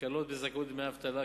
הקלות בזכאות לדמי אבטלה,